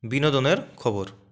বিনোদনের খবর